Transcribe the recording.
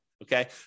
Okay